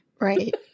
Right